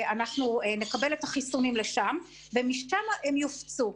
אנחנו נקבל את החיסונים לשם, ומשם הם יופצו.